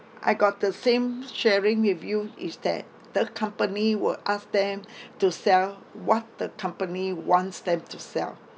I got the same sharing with you is that the company will ask them to sell what the company wants them to sell